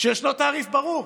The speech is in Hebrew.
כשיש תעריף ברור: